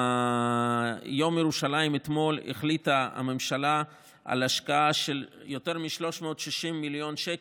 ביום ירושלים אתמול החליטה הממשלה על השקעה של יותר מ-360 מיליון שקל,